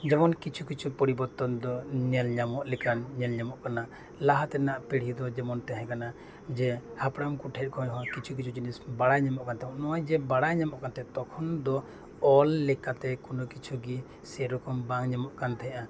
ᱡᱮᱢᱚᱱ ᱠᱤᱪᱷᱩ ᱠᱤᱪᱷᱩ ᱯᱚᱨᱤᱵᱚᱨᱛᱚᱱ ᱫᱚ ᱧᱮᱞ ᱧᱟᱢᱚᱜ ᱞᱮᱠᱟᱱ ᱧᱮᱞ ᱧᱟᱢᱚᱜ ᱠᱟᱱᱟ ᱞᱟᱦᱟᱛᱮᱱᱟᱜ ᱯᱤᱲᱦᱤ ᱫᱚ ᱡᱮᱢᱚᱱ ᱛᱟᱦᱮᱸ ᱠᱟᱱᱟ ᱡᱮ ᱦᱟᱯᱲᱟᱢ ᱠᱚᱴᱷᱮᱡ ᱦᱚᱸ ᱠᱤᱪᱷᱩ ᱠᱤᱪᱷᱩ ᱡᱤᱱᱤᱥ ᱵᱟᱲᱟᱭ ᱧᱟᱢᱚᱜ ᱠᱟᱱ ᱛᱟᱦᱮᱜ ᱱᱚᱜ ᱚᱭ ᱡᱮ ᱵᱟᱲᱟᱭ ᱧᱟᱢᱚᱜ ᱠᱟᱱ ᱛᱟᱦᱮᱸ ᱛᱚᱠᱷᱚᱱ ᱫᱚ ᱚᱞ ᱞᱮᱠᱟᱛᱮ ᱠᱚᱱᱚ ᱠᱤᱪᱷᱩ ᱜᱮ ᱥᱮ ᱨᱚᱠᱚᱢ ᱵᱟᱝ ᱧᱟᱢᱚᱜ ᱠᱟᱱ ᱛᱟᱦᱮᱸᱜᱼᱟ